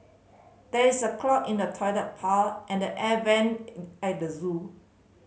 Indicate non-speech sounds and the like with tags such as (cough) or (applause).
there is a clog in the toilet (unintelligible) and the air vent at the zoo